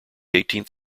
eighteenth